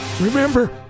Remember